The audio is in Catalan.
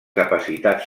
capacitats